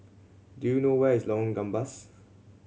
do you know where is Lorong Gambas